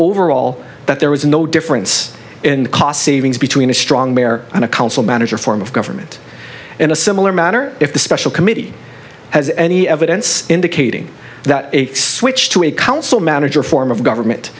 overall that there was no difference in the cost savings between a strong mayor and a council manager form of government in a similar manner if the special committee has any evidence indicating that a switch to a council manager form of government